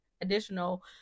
additional